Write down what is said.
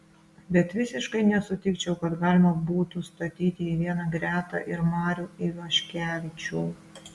bet visiškai nesutikčiau kad galima būtų statyti į vieną gretą ir marių ivaškevičių